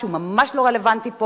שהוא ממש לא היה רלוונטי פה,